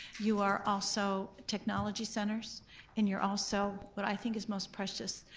you are also technology centers and you're also what i think is most precious,